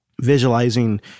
visualizing